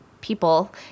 people